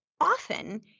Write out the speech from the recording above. often